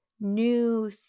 new